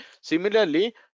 similarly